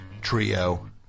trio